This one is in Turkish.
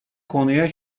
konuya